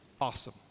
awesome